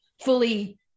fully